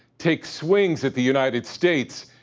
takes swings at the united states,